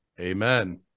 Amen